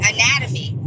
Anatomy